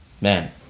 man